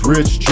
Rich